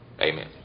Amen